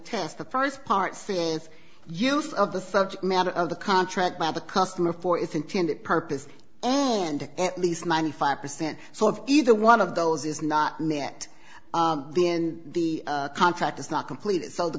test the first part with use of the subject matter of the contract by the customer for its intended purpose and at least ninety five percent so of either one of those is not me at the end the contract is not complete so the